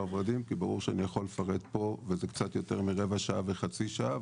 ורדים כי ברור שאני יכול לפרט פה וזה קצת יותר מרבע שעה וחצי שעה,